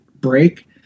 break